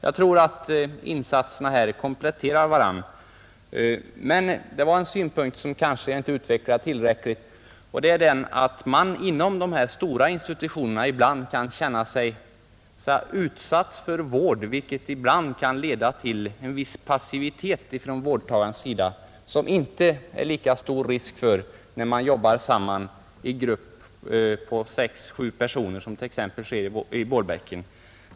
Jag tror att insatserna här kompletterar varandra. Det var dock en synpunkt, som jag kanske inte utvecklade tillräckligt, nämligen att man inom de stora institutionerna kan känna sig utsatt för vård, vilket ibland kan leda till en viss passivitet ifrån vårdtagarens sida, som det inte är lika stor risk för när man jobbar samman i en grupp på sex, sju personer som t.ex. sker i Vårbäcken.